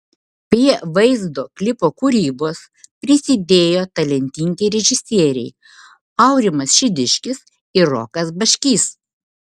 prie vaizdo klipo kūrybos prisidėjo talentingi režisieriai aurimas šidiškis ir rokas baškys